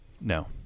no